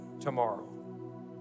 tomorrow